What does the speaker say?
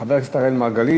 חבר הכנסת אראל מרגלית,